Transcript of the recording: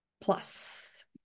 plus